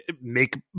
make